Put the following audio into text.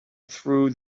through